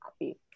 happy